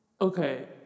Okay